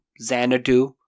Xanadu